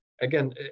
again